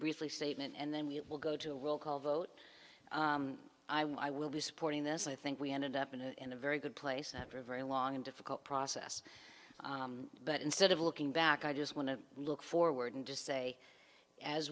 briefly statement and then we will go to roll call vote i will be supporting this i think we ended up in a in a very good place after a very long and difficult process but instead of looking back i just want to look forward and just say as